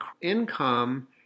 income